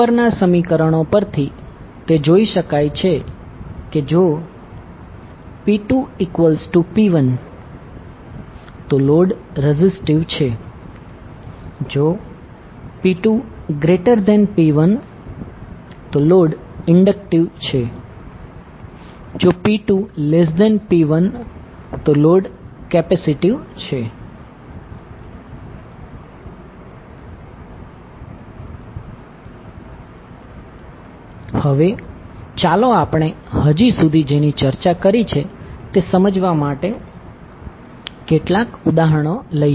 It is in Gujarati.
ઉપરનાં સમીકરણો પરથી તે જોઇ શકાય છે કે જોP2P1 તો લોડ રેઝીસ્ટીવ છે જો P2P1 તો લોડ ઇન્ડકટીવ છે જો P2P1 તો લોડ કેપેસિટીવ છે હવે ચાલો આપણે હજી સુધી જેની ચર્ચા કરી છે તે સમજવા માટે કેટલાક ઉદાહરણો લઈએ